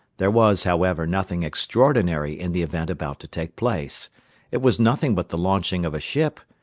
there was, however, nothing extraordinary in the event about to take place it was nothing but the launching of a ship,